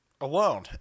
alone